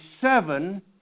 seven